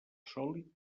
sòlid